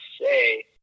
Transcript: say